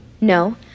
No